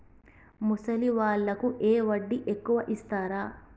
ముసలి వాళ్ళకు ఏ వడ్డీ ఎక్కువ ఇస్తారు?